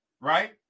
right